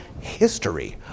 history